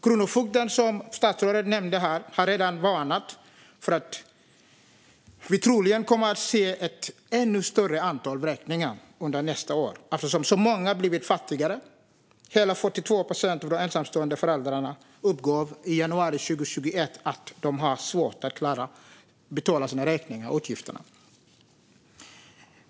Kronofogden, som statsrådet nämnde här, har redan varnat för att vi troligen kommer att få se ett ännu större antal vräkningar under nästa år eftersom så många blivit fattigare. Hela 42 procent av de ensamstående föräldrarna uppgav i januari 2021 att de har svårt att klara av att betala sina räkningar.